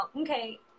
okay